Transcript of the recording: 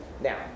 Now